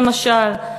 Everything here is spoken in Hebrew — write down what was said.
למשל.